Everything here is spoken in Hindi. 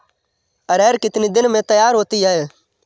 अरहर कितनी दिन में तैयार होती है?